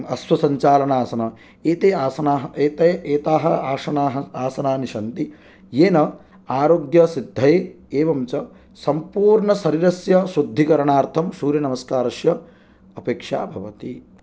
अश्वसञ्चालनासन एते आसनाः एते एताः आसनाः आसनानि सन्ति येन आरोग्यसिद्धिः एवं च सम्पूर्णशरीरस्य शुद्धिकरणार्थं सूर्यनमस्कारस्य अपेक्षा भवति